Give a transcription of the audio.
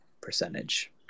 percentage